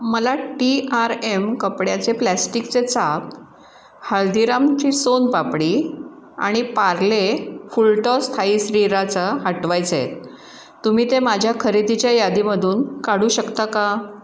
मला T R M कपड्याचे प्लास्टिकचे चाप हल्दीरामची सोन पापडी आणि पार्ले फुलटॉस थाई स्रीराचा हटवायचे आहेत तुम्ही ते माझ्या खरेदीच्या यादीमधून काढू शकता का